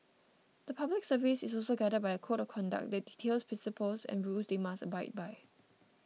the Public Service is also guided by a code of conduct that details principles and rules they must abide by